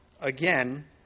Again